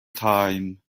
time